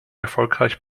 erfolgreich